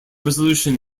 resolution